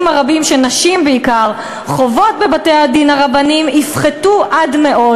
הרבים שנשים בעיקר חוות בבתי-הדין הרבניים יפחתו עד מאוד.